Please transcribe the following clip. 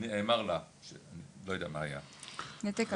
שנאמר לה --- נתק כלכלי.